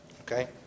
Okay